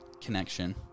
connection